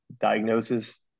diagnosis